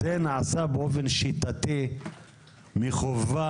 זה נעשה באופן שיטתי, מכוון,